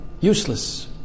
useless